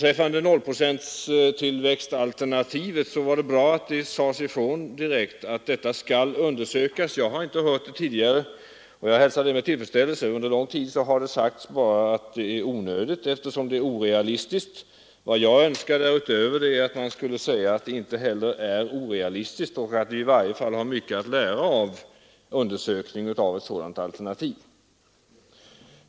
När det gäller nolltillväxtalternativet var det bra att det direkt sades ifrån att detta skall undersökas. Jag har inte hört det tidigare och hälsar det med tillfredsställelse. Under lång tid har man bara sagt att det är onödigt eftersom det är orealistiskt. Vad jag önskar utöver detta är att man skulle säga att det inte heller är orealistiskt och att vi i varje fall har mycket att lära från en undersökning av ett sådant alternativ.